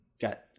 Got